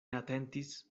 atentis